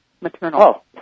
maternal